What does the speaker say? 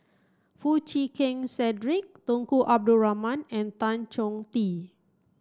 Foo Chee Keng Cedric Tunku Abdul Rahman and Tan Chong Tee